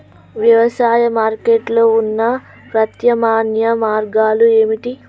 వ్యవసాయ మార్కెటింగ్ లో ఉన్న ప్రత్యామ్నాయ మార్గాలు ఏమిటి?